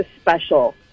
special